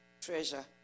treasure